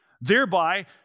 thereby